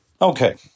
Okay